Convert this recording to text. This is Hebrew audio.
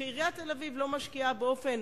שעיריית תל-אביב לא משקיעה באופן